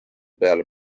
peale